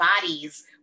bodies